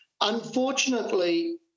Unfortunately